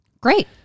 Great